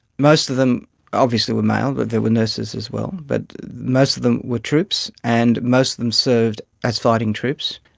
most of them obviously were male, but there were nurses as well, but most of them were troops and most of them served as fighting troops.